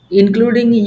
including